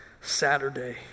Saturday